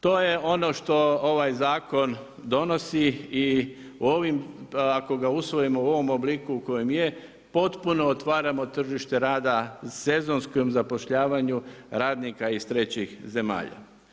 To je ono što ovaj zakon donosi i u ovim, ako ga usvojimo u ovom obliku u kojem je potpuno otvaramo tržište rada sezonskom zapošljavanju radnika iz trećih zemalja.